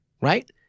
Right